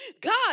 God